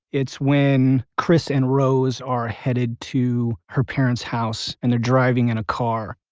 it's when chris and rose are headed to her parents' house, and they're driving in a car.